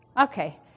Okay